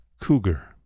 Cougar